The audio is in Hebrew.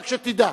רק שתדע.